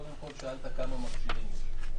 קודם כול, שאלת כמה מכשירים יש.